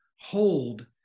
hold